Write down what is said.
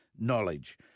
knowledge